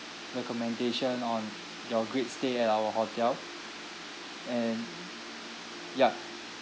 recommendation on your great stay at our hotel and ya